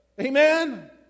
Amen